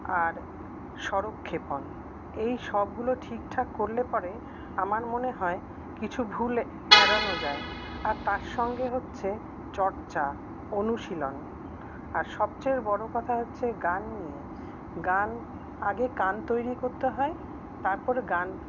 আর স্বরক্ষেপন এই সবগুলো ঠিকঠাক করলে পরে আমার মনে হয় কিছু ভুল এড়ানো যায় আর তার সঙ্গে হচ্ছে চর্চা অনুশীলন আর সবচেয়ে বড় কথা হচ্ছে গান নিয়ে গান আগে কান তৈরি করতে হয় তারপরে গান